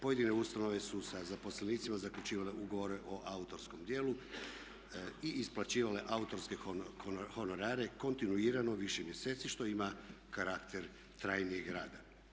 Pojedine ustanove su sa zaposlenicima zaključivale ugovore o autorskom djelu i isplaćivale autorske honorare kontinuirano, više mjeseci što ima karakter trajnijeg rada.